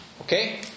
okay